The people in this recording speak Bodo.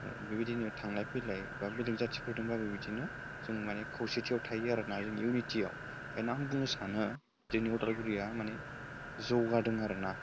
बिबायदिनो थांलाय फैलाय बा बेलेक जाथिफोरदोंब्लाबो बिदिनो जों माने खौसेथियाव थायो आरो ना इउनिटिआव बेखायनो आं बुंनो सानो जोंनि उदालगुरिया माने जौगादों आरो ना